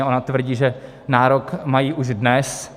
Ona tvrdí, že nárok mají už dnes.